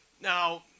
Now